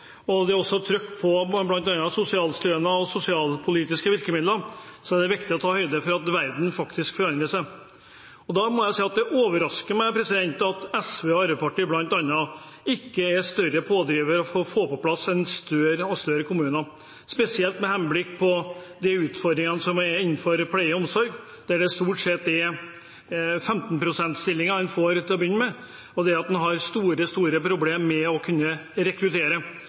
og det også er trøkk på bl.a. sosialstønad og sosialpolitiske virkemidler, er det viktig å ta høyde for at verden faktisk forandrer seg. Da må jeg si det overrasker meg at bl.a. SV og Arbeiderpartiet ikke er større pådrivere for å få på plass større kommuner, spesielt med henblikk på de utfordringene som er innenfor pleie og omsorg, der det stort sett er 15 pst.-stillinger man får til å begynne med, og man derfor har store problemer med å rekruttere. Det er ingen tvil om at